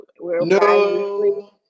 No